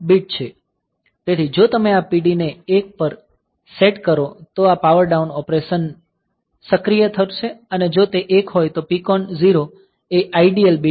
તેથી જો તમે આ PD ને 1 પર સેટ કરો તો આ પાવર ડાઉન ઓપરેશનને સક્રિય કરશે અને જો તે 1 હોય તો PCON 0 એ IDL બીટ છે